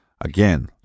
again